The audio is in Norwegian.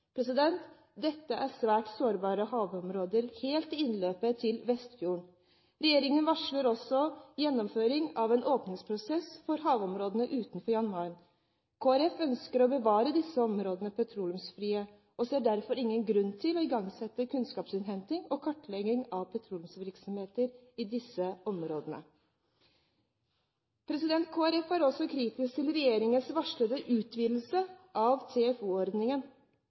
Dette er svært sårbare havområder helt i innløpet til Vestfjorden. Regjeringen varsler også gjennomføring av en åpningsprosess for havområdene utenfor Jan Mayen. Kristelig Folkeparti ønsker å bevare disse områdene petroleumsfrie, og ser derfor ingen grunn til å igangsette kunnskapsinnhenting og kartlegging av petroleumsressurser i disse områdene. Kristelig Folkeparti er også kritisk til regjeringens varslede utvidelse av